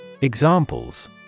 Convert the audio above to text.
Examples